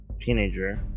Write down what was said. teenager